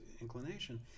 inclination